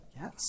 Yes